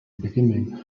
beginning